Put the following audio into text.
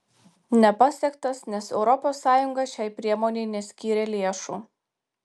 nepasiektas nes europos sąjunga šiai priemonei neskyrė lėšų